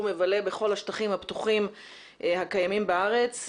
מבלה בכל השטחים הפתוחים הקיימים בארץ,